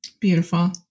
Beautiful